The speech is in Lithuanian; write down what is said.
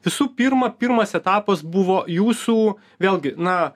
visų pirma pirmas etapas buvo jūsų vėlgi na